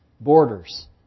borders